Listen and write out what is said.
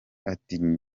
ati